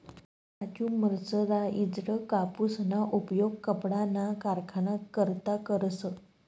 Raju mercerised कापूसना उपयोग कपडाना कारखाना करता करस